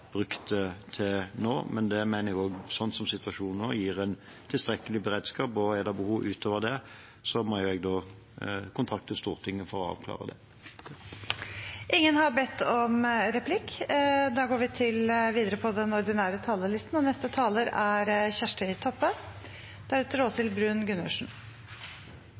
brukt til til nå, men det mener jeg også, sånn som situasjonen er nå, gir en tilstrekkelig beredskap, og er det behov utover det, må jeg kontakte Stortinget for å avklare det. Eg vil knyta nokre merknader til denne innstillinga. Vi støttar innstillinga som såleis. Eg er glad for at vi klarte å få til ei semje i komiteen nettopp om den